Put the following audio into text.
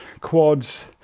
quads